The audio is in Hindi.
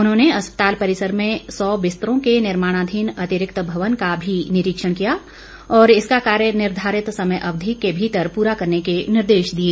उन्होंने अस्पताल परिसर में सौ बिस्तरों के निर्माणाधीन अतिरिक्त भवन का भी निरीक्षण किया और इसका कार्य निर्घारित समय अवधि के भीतर पूरा करने के निर्देश दिए